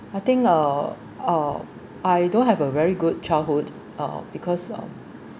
I think uh uh I don't have a very good childhood uh because uh